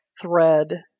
thread